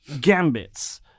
gambits